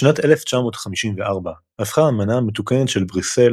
בשנת 1954 הפכה האמנה המתוקנת של בריסל